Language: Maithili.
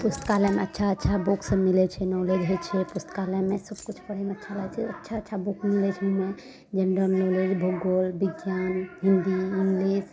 पुस्तकालय मे अच्छा अच्छा बुक सब मिलय छै नॉलेज होइ छै पुस्तकालयमे सबकिछु पढ़यमे अच्छा लागय छै अच्छा अच्छा बुक मिलय छै ओइमे जेनरल नॉलेज भूगोल विज्ञान हिन्दी इंग्लिश